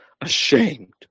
ashamed